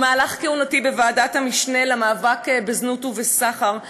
במהלך כהונתי בוועדת המשנה למאבק בזנות ובסחר,